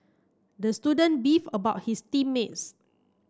the student beef about his team mates